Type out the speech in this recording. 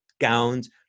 gowns